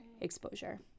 exposure